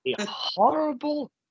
horrible